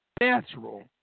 natural